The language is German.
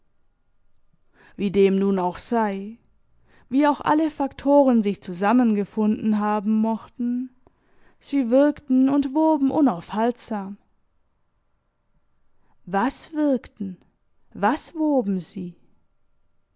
wie dem nun auch sei wie auch alle faktoren sich zusammengefunden haben mochten sie wirkten und woben unaufhaltsam was wirkten was woben sie